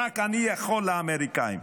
רק אני יכול לאמריקאים.